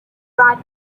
bright